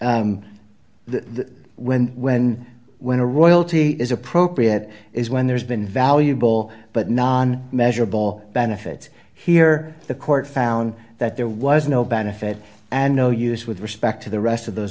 the when when when a royalty is appropriate is when there's been valuable but non measurable benefits here the court found that there was no benefit and no use with respect to the rest of those